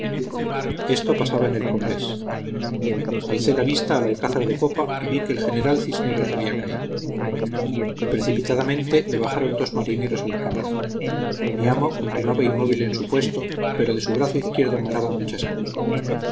esto pasaba en el combés alcé la vista al alcázar de popa y vi que el general cisneros había caído precipitadamente le bajaron dos marineros a la cámara mi amo continuaba inmóvil en su puesto pero de su brazo izquierdo manaba mucha sangre